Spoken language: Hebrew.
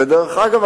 ודרך אגב,